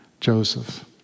Joseph